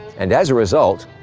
and as a result,